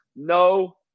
No